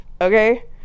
okay